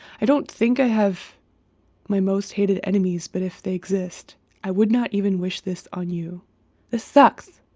i don't think i have my most hated enemies, but if they exist i would not even wish this on you this sucks